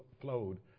flowed